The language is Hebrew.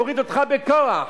נאנח אנחה עמוקה,